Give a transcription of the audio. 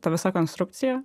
ta visa konstrukcija